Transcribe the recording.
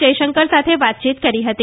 જયશંકર સાથે વાતચીત કરી હતી